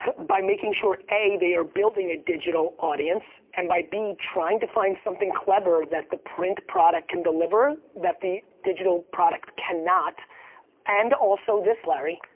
by making sure, a, they are building a digital audience, and by b, trying to find something clever that the print can deliver that the digital product cannot and also this larry